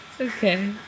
Okay